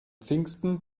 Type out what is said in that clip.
pfingsten